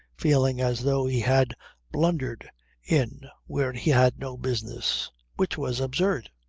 feeling as though he had blundered in where he had no business which was absurd.